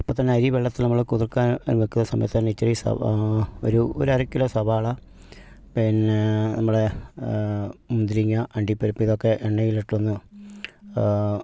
അപ്പം തന്നെ അരി വെള്ളത്തിൽ നമ്മൾ കുതിർക്കാൻ വയ്ക്കുന്ന സമയത്ത് തന്നെ ഇത്രയും സവാ ഒരു ഒരു അര കിലോ സവാള പിന്നെ നമ്മളെ മുന്തിരിങ്ങ അണ്ടിപ്പരിപ്പ് ഇതൊക്കെ എണ്ണയിലിട്ടൊന്ന്